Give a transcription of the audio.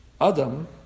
Adam